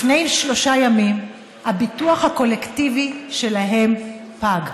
לפני שלושה ימים הביטוח הקולקטיבי שלהם פג.